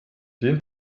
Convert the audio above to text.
den